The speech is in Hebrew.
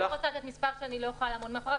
אני לא רוצה לתת מספר שאני לא יכולה לעמוד מאחוריו.